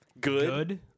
Good